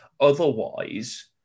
otherwise